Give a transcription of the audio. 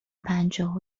پنجاه